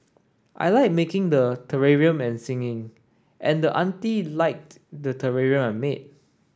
I like making the terrarium singing and the auntie liked the terrarium I made